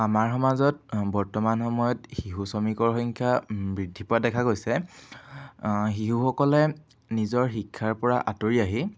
আমাৰ সমাজত বৰ্তমান সময়ত শিশু শ্ৰমিকৰ সংখ্যা বৃদ্ধি পোৱা দেখা গৈছে শিশুসকলে নিজৰ শিক্ষাৰপৰা আঁতৰি আহি